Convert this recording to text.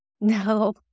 no